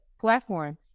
platform